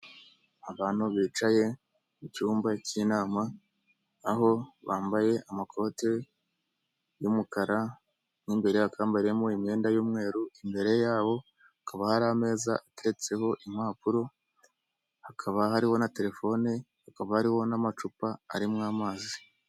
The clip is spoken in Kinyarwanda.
Abantu bicaye mu cyumba cy'inama aho bambaye amakoti y'umukara n'imbere bakaba bambariyemo imyenda y'umweru, imbere y'abo hakaba hari ameza ateretseho impapuro, hakaba hariho na telefone, hakaba hariho n'amacupa arimo amazi.